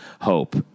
hope